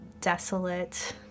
desolate